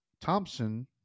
Thompson